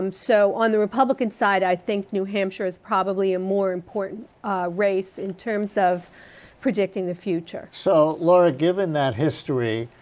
um so on the republican side i think new hampshire is probably a more important race in terms of predicting the future. so, laura, give and than history,